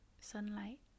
sunlight